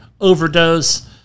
overdose